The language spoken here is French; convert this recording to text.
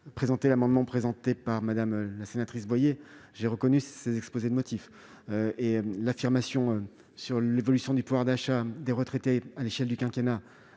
présenter l'amendement déposé par Mme Boyer, j'ai reconnu l'exposé des motifs. L'affirmation sur l'évolution du pouvoir d'achat des retraités à l'échelle du quinquennat